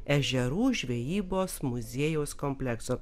ežerų žvejybos muziejaus komplekso